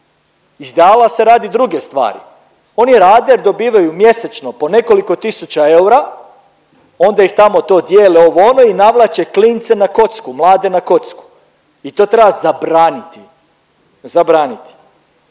Iz ideala se radi druge stvari, oni rade dobivaju mjesečno po nekoliko tisuća eura, onda ih tamo to dijele ovo ono i navlače klince na kocku, mlade na kocku. I to treba zabraniti. Zabraniti.